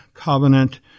covenant